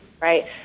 right